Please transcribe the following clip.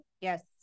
Yes